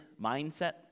mindset